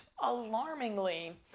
alarmingly